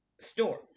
store